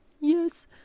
Yes